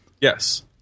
Yes